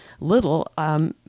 little –